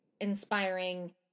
inspiring